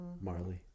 Marley